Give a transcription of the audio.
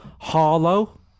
Harlow